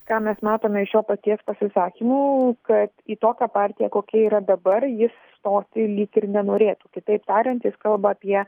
ką mes matome iš jo paties pasisakymų kad į tokią partiją kokia yra dabar jis stoti lyg ir nenorėtų kitaip tariant jis kalba apie